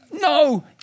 no